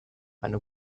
eine